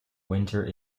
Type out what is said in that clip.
winter